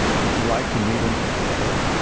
would you like to meet him today?